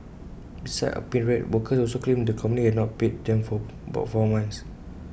besides unpaid rent workers also claimed the company had not paid them for about four months